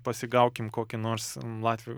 pasigaukim kokį nors latvių